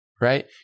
Right